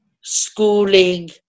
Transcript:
schooling